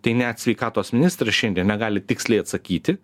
tai net sveikatos ministras šiandien negali tiksliai atsakyti